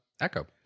Echo